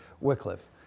Wycliffe